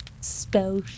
Spell